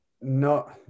no